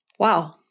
Wow